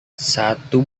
satu